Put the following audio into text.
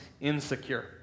insecure